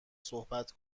صحبت